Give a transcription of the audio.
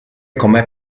come